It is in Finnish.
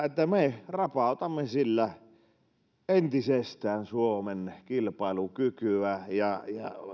että me rapautamme entisestään suomen kilpailukykyä ja